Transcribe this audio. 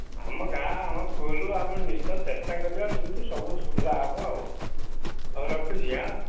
ଆମ ଗାଁ ଆମ ସ୍କୁଲ୍ ଆମେ ନିଶ୍ଚୟ ଚେଷ୍ଟା କରିବା ଯେମିତି ସବୁ ସୁବିଧା ହେବ ଆଉ ହଉ ରଖୁଛି ଆଁ